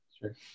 Sure